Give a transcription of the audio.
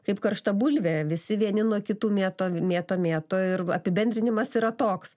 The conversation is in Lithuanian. kaip karšta bulvė visi vieni nuo kitų mėto mėto mėto ir apibendrinimas yra toks